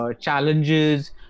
challenges